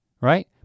right